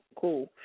cool